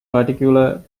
particular